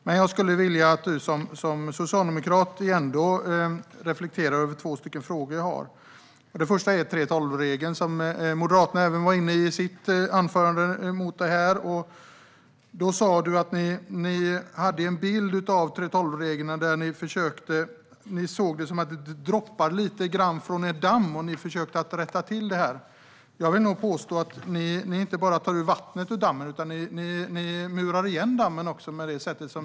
Men jag skulle ändå vilja att du som socialdemokrat reflekterade över två frågor. Den första frågan gäller 3:12-reglerna. Även Moderaterna var inne på dem i sitt anförande. Då sa du att ni hade en bild av 3:12-reglerna som en damm som det droppade ifrån, och ni försöker att rätta till detta. Jag vill nog påstå att ni inte bara släpper ut vattnet ur dammen, utan ni murar igen den också.